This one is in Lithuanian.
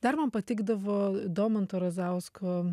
dar man patikdavo domanto razausko